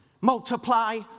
Multiply